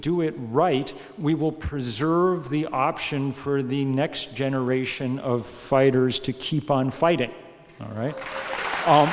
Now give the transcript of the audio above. do it right we will preserve the option for the next generation of fighters to keep on fighting right